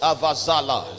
Avazala